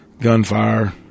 gunfire